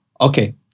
Okay